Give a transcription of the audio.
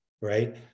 Right